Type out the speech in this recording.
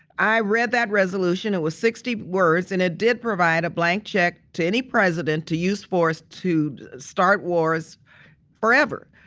i read that resolution. it was sixty words and it did provide a blank check to any president to use force to start wars forever.